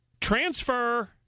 Transfer